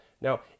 Now